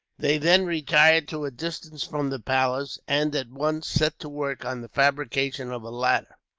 they then retired to a distance from the palace, and at once set to work on the fabrication of a ladder.